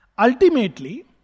Ultimately